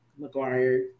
McGuire